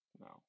No